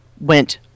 went